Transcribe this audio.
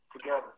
together